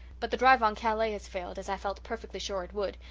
but the drive on calais has failed, as i felt perfectly sure it would,